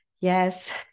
Yes